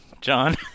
John